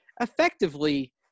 effectively